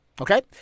Okay